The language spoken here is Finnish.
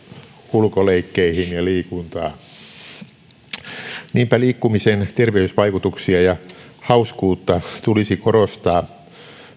ulkoleikkeihin ja liikuntaan niinpä liikkumisen terveysvaikutuksia ja hauskuutta tulisi korostaa